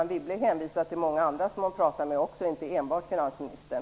Anne Wibble hänvisade till många andra som hon också pratat med, och inte enbart till finansministern.